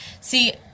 See